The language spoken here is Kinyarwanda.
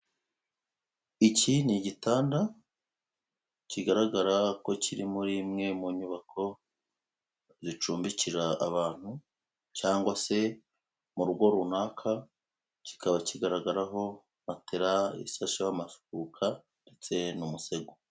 Iki ni igitanda kigaragara ko kiri muri imwe mu nyubako zicumbikira abantu cyangwa se mu rugo runaka, kikaba kigaragaraho matera isasheho amashuka ndetse n'umusego.